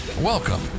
Welcome